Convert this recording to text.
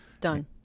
Done